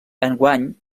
enguany